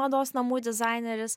mados namų dizaineris